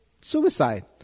suicide